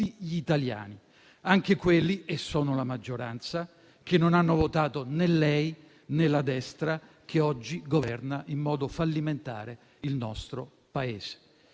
gli italiani, anche quelli - e sono la maggioranza - che non hanno votato né lei né la destra che oggi governa in modo fallimentare il nostro Paese.